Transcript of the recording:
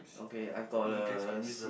okay I got a sea